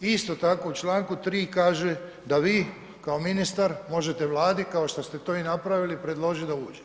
Isto tako u čl. 3. kaže da vi kao ministar možete Vladi kao što ste to i napravili predložiti da uđe.